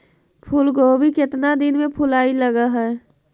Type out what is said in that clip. फुलगोभी केतना दिन में फुलाइ लग है?